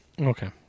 Okay